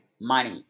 money